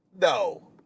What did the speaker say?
No